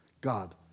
God